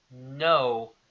no